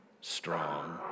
strong